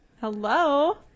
Hello